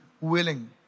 willing